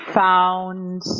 found